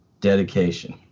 dedication